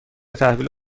تحویل